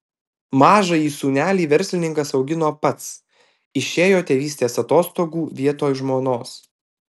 mažąjį sūnelį verslininkas augino pats išėjo tėvystės atostogų vietoj žmonos